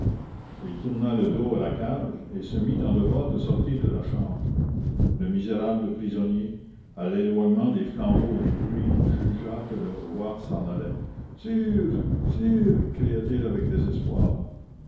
il tourna le dos à la cage et se mit en devoir de sortir de la chambre le misérable prisonnier à l'éloignement des flambeaux et du bruit jugea que le roi s'en allait sire sire cria-t-il avec